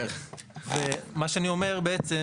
ומה שאני אומר בעצם